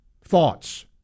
thoughts